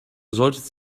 solltest